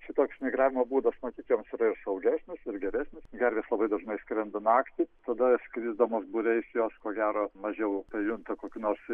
šitoks migravimo būdas matyt joms yra ir saugesnis ir geresnis gervės labai dažnai skrenda naktį tada jos skrisdamos būriais jos ko gero mažiau pajunta kokių nors